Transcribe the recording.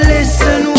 Listen